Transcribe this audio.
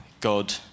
God